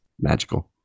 magical